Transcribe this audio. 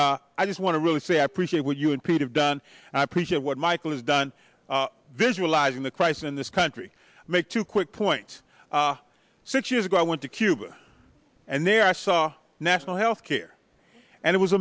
much i just want to really say i appreciate what you and pete have done and i appreciate what michael has done visualizing the cry in this country make two quick point six years ago i went to cuba and there i saw national health care and it was